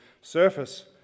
surface